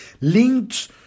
linked